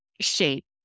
shape